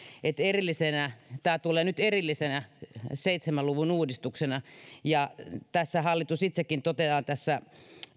että tämä tulee nyt erillisenä seitsemän luvun uudistuksena ja hallitus itsekin toteaa tässä